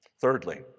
Thirdly